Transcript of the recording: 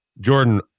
Jordan